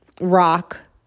rock